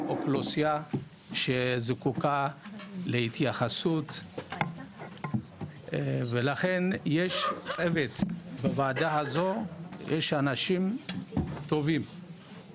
באוכלוסייה שזקוקה להתייחסות ולכן יש צוות בוועדה הזו ויש אנשים טובים,